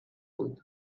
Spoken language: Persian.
بود